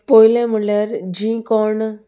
पयलें म्हणल्यार जी कोण